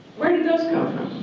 where did those come from?